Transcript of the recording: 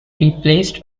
replaced